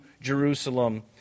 Jerusalem